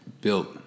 built